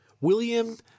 William